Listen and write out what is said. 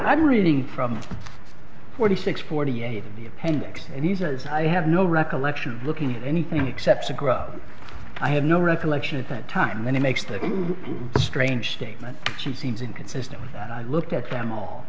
i'm reading from forty six forty eight of the appendix and he says i have no recollection of looking at anything except to grow i have no recollection at that time and it makes that you strange statement she seems inconsistent with that i looked at them all